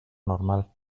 normal